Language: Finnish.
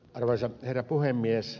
arvoisa herra puhemies